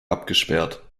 abgesperrt